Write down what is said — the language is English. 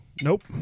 Nope